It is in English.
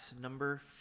number